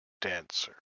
dancer